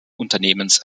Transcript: unternehmens